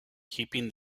keeping